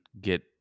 get